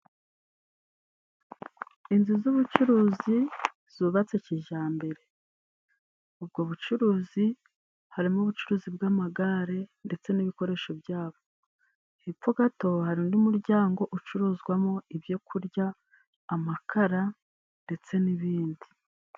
Inzu z'ubucuruzi zubatse kijyambere. Ubwo bucuruzi harimo ubucuruzi bw'amagare ndetse n'ibikoresho byabo. Hepfo gato hari undi muryango ucuruzwamo ibyo kurya, amakara, ndetse n'ibindi.